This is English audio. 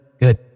Good